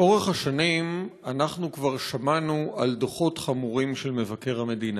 לאורך השנים אנחנו כבר שמענו על דוחות חמורים של מבקר המדינה,